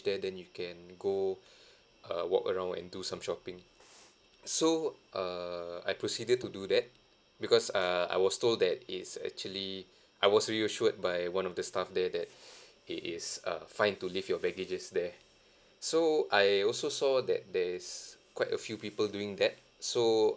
there then you can go uh walk around and do some shopping so err I proceeded to do that because err I was told that it's actually I was reassured by one of the staff there that it is uh fine to leave your baggages there so I also saw that there is quite a few people doing that so